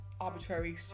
arbitrary